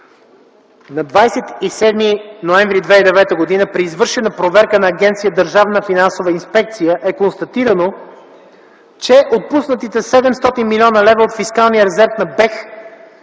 На 27 ноември 2009 г. при извършена проверка на Агенция „Държавна финансова инспекция” е констатирано, че отпуснатите 700 млн. лв. от фискалния резерв на БЕХ